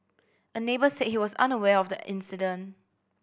a neighbour said he was unaware of the incident